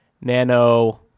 nano